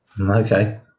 Okay